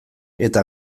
eta